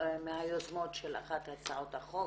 מהיוזמות של אחת מהצעות החוק,